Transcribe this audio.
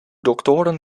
doctoren